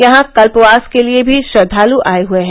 यहां कल्पवास के लिए भी श्रद्धाल आए हए हैं